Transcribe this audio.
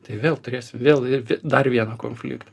tai vėl turėsiu vėl ir dar vieną konfliktą